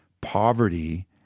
Poverty